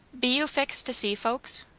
be you fixed to see folks?